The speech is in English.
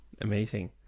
Amazing